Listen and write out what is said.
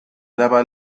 daba